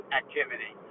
activity